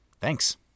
thanks